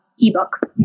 ebook